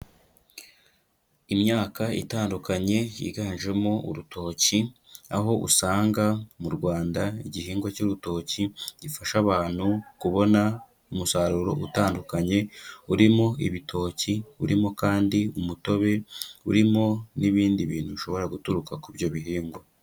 Imyaka itandukanye yiganjemo urutoki, aho usanga mu Rwanda igihingwa cy'urutoki gifasha abantu kubona umusaruro utandukanye, urimo ibitoki, urimo kandi umutobe, urimo n'ibindi bintu bishobora guturuka kuri ibyo bihingwa.